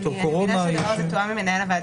יש מנכ"ל.